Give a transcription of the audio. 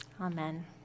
Amen